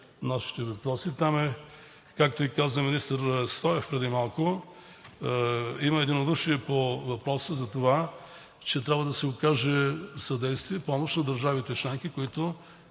нашите въпроси. Там, както каза и министър Стоев преди малко, има единодушие по въпроса за това, че трябва да се окаже съдействие, помощ на държавите членки, които